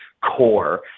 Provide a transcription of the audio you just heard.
core